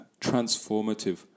transformative